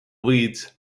võid